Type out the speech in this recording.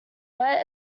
wet